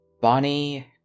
Bonnie